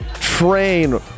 train